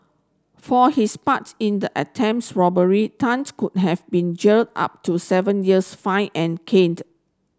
for his parts in the attempts robbery Tan's could have been jailed up to seven years fined and caned